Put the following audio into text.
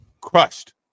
crushed